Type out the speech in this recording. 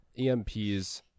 EMPs